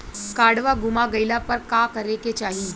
काडवा गुमा गइला पर का करेके चाहीं?